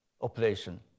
operation